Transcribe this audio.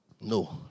No